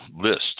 list